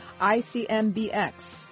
ICMBX